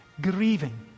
grieving